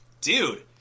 dude